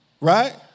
Right